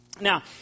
Now